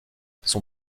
son